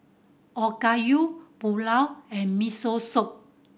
Okayu Pulao and Miso Soup